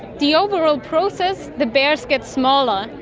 the overall process, the bears get smaller,